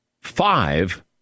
Five